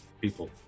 people